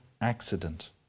accident